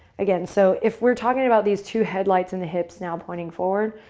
again, so if we're talking about these two headlights in the hips now pointing forward,